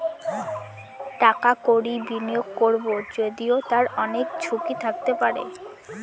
টাকা কড়ি বিনিয়োগ করবো যদিও তার অনেক ঝুঁকি থাকতে পারে